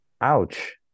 Ouch